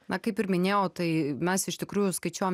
na kaip ir minėjau tai mes iš tikrųjų skaičiuojam